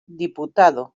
diputado